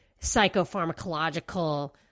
psychopharmacological